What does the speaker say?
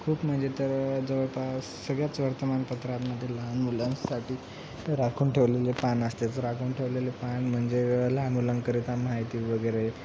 खूप म्हणजे तर जवळपास सगळ्याच वर्तमानपत्रांमध्ये लहान मुलांसाठी राखून ठेवलेले पान असतेचं राखून ठेवलेले पान म्हणजे लहान मुलांकरिता माहिती वगेरे